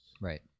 Right